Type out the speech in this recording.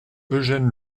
eugène